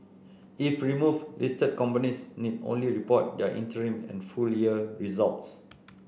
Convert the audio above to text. if removed listed companies need only report their interim and full year results